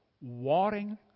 warring